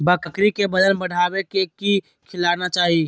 बकरी के वजन बढ़ावे ले की खिलाना चाही?